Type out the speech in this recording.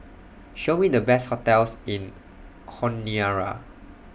Show Me The Best hotels in Honiara